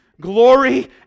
Glory